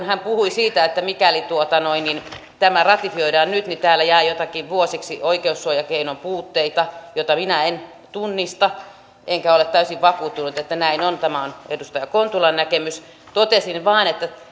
hän puhui siitä että mikäli tämä ratifioidaan nyt täällä jää vuosiksi joitakin oikeussuojakeinojen puutteita mitä minä en tunnista enkä ole täysin vakuuttunut että näin on vaan se on edustaja kontulan näkemys totesin vain että